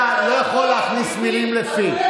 אתה לא יכול להכניס מילים לפי.